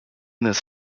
this